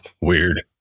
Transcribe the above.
Weird